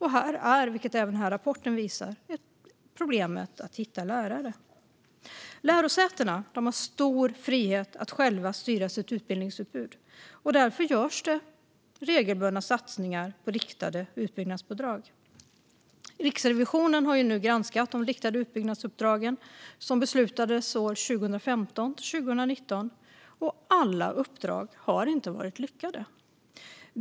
Här är, vilket även denna rapport visar, problemet att hitta lärare. Lärosätena har stor frihet att själva styra sitt utbildningsutbud. Därför görs det regelbundna satsningar på riktade utbyggnadsuppdrag. Riksrevisionen har nu granskat de riktade utbyggnadsuppdrag som beslutades år 2015-2019. Alla uppdrag har inte varit lyckade.